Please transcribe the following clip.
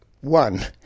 one